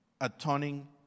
atoning